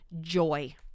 Joy